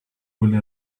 quelle